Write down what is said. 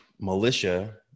militia